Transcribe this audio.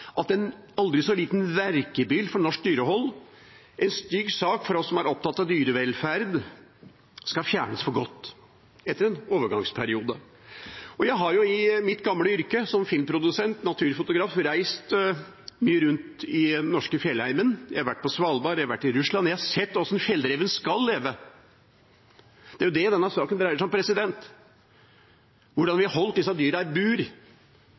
at en aldri så liten verkebyll for norsk dyrehold – en stygg sak for oss som er opptatt av dyrevelferd – skal fjernes for godt etter en overgangsperiode. Jeg har i mitt gamle yrke som filmprodusent og naturfotograf reist mye rundt i den norske fjellheimen, jeg har vært på Svalbard, jeg har vært i Russland – jeg har sett hvordan fjellreven skal leve. Det er jo det denne saken dreier seg om, hvordan vi har holdt disse dyrene i bur